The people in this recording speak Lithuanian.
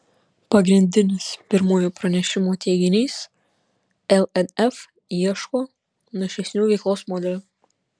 pagrindinis pirmojo pranešimo teiginys lnf ieško našesnių veiklos modelių